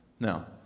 Now